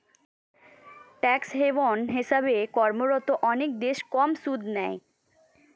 tax haven হিসেবে কর্মরত অনেক দেশ কম সুদ নেয়